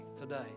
today